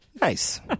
Nice